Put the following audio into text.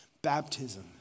Baptism